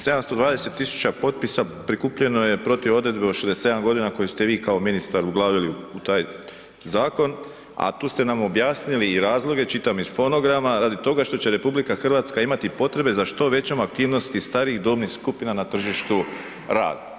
720 tisuća potpisa prikupljeno je protiv odredbe o 67 godina koji ste vi kao ministar uglavili u taj zakon, a tu ste nam objasnili i razloge, čitam iz fonograma, radi toga što će RH imati potrebe za što većom aktivnosti starijih dobnih skupina na tržištu rada.